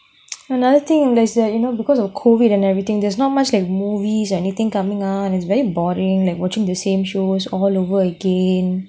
another thing there's a you know because of C_O_V_I_D and everything there's not much like movies or anything coming on is very boring like watching the same shows all over again